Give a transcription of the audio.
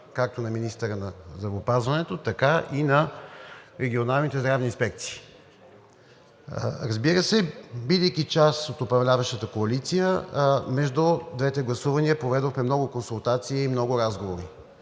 както на министъра на здравеопазването, така и на регионалните здравни инспекции. Разбира се, бидейки част от управляващата коалиция, между двете гласувания проведохме много консултации и много разговори,